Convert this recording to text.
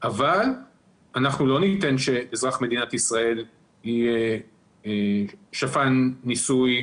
אבל אנחנו לא ניתן שאזרח מדינת ישראל יהיה שפן ניסוי